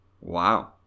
Wow